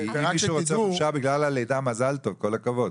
לצאת לחופשה אחרי הלידה זה במזל טוב, כל הכבוד.